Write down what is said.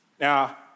Now